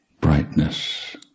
brightness